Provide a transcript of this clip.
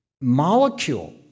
molecule